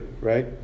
Right